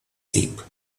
asleep